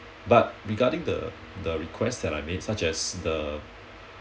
but regarding the the request that I made such as the